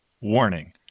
Warning